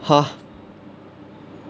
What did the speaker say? !huh!